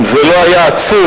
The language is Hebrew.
אם זה לא היה עצוב.